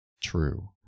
true